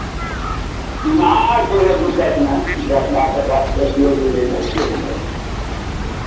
नहि कोनो दिक्कत नहि दस बारसँ बेसिए गिरयने छियै हम भोट